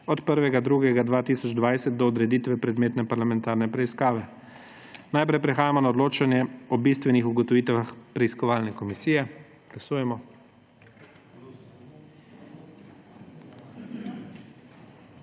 od 1. 2. 2020 do odreditve predmetne parlamentarne preiskave. Najprej prehajamo na odločanje o bistvenih ugotovitvah preiskovalne komisije.